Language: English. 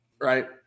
right